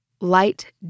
light